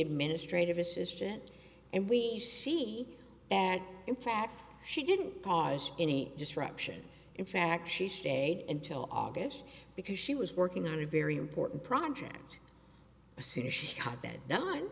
administrative assistant and we see that in fact she didn't cause any disruption in fact she stayed until august because she was working on a very important project the sooner she cut that done